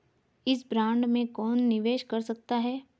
इस बॉन्ड में कौन निवेश कर सकता है?